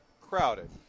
crowded